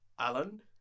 Alan